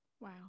Wow